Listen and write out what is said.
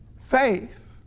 faith